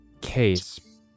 case